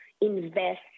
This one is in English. invest